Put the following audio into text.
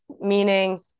meaning